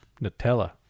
Nutella